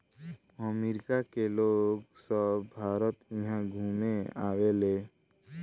अमरिका के लोग सभ भारत इहा घुमे आवेले